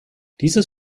dieses